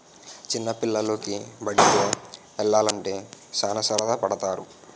చిన్న పిల్లోలికి బండిలో యల్లాలంటే సాన సరదా పడతారు